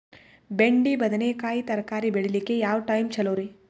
ಬೆಂಡಿ ಬದನೆಕಾಯಿ ತರಕಾರಿ ಬೇಳಿಲಿಕ್ಕೆ ಯಾವ ಟೈಮ್ ಚಲೋರಿ?